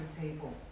people